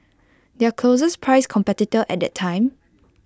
their closest priced competitor at that time